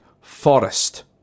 Forest